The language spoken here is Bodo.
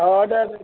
औ दे दे